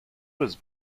was